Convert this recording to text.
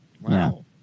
Wow